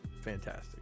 fantastic